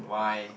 why